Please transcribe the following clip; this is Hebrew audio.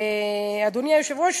אדוני היושב-ראש,